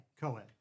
Co-ed